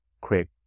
create